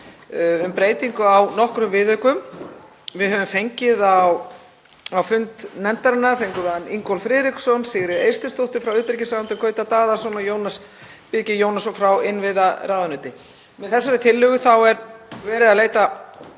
um breytingu á nokkrum viðaukum. Við höfum fengið á fund nefndarinnar Ingólf Friðriksson, Sigríði Eysteinsdóttur, frá utanríkisráðuneyti, Gauta Daðason og Jónas Birgi Jónasson, frá innviðaráðuneyti. Með þessari tillögu er verið að leita